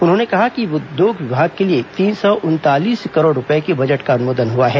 उन्होंने कहा कि उद्योग विभाग के लिए तीन सौ उनतालीस करोड़ रूपये के बजट का अनुमोदन हआ है